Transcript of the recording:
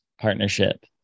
partnership